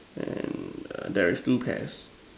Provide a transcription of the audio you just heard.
then err there is two pears